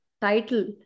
title